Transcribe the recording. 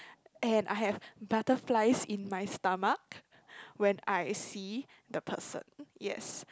and I have butterflies in my stomach when I see the person